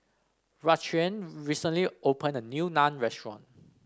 Raquan recently opened a new Naan Restaurant